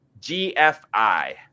GFI